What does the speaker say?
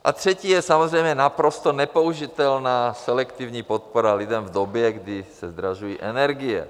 A třetí je samozřejmě naprosto nepoužitelná selektivní podpora lidem v době, kdy se zdražují energie.